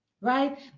right